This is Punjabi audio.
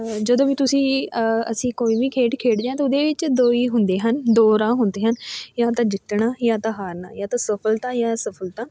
ਜਦੋਂ ਵੀ ਤੁਸੀਂ ਅਸੀਂ ਕੋਈ ਵੀ ਖੇਡ ਖੇਡਦੇ ਹਾਂ ਤਾਂ ਉਹਦੇ 'ਚ ਦੋ ਹੀ ਹੁੰਦੇ ਹਨ ਦੋ ਰਾਹ ਹੁੰਦੇ ਹਨ ਜਾਂ ਤਾਂ ਜਿੱਤਣਾ ਜਾਂ ਤਾਂ ਹਾਰਨਾ ਜਾਂ ਤਾਂ ਸਫਲਤਾ ਜਾਂ ਅਸਫਲਤਾ